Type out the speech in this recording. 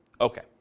Okay